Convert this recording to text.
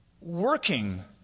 working